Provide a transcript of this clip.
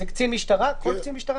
כל קצין משטרה?